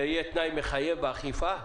וזה יהיה תנאי מחייב באכיפה?